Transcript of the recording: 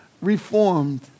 reformed